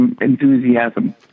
enthusiasm